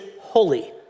holy